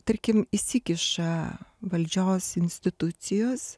tarkim įsikiša valdžios institucijos